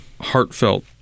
heartfelt